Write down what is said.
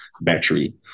battery